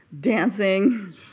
dancing